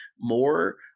More